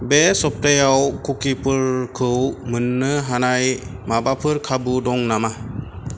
बे सप्तायाव कुकिफोरखौ मोननो हानाय माबाफोर खाबु दं नामा